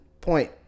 point